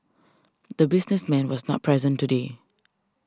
the businessman was not present today